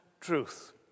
truth